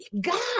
God